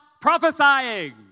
prophesying